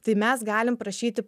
tai mes galim prašyti